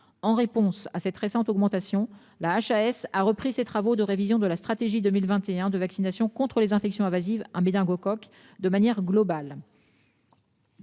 en réponse à cette récente augmentation la HAS a repris ses travaux de révision de la stratégie 2021 de vaccination contre les infections invasives un méningocoque de manière globale.